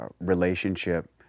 relationship